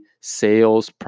sales